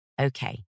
Okay